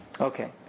Okay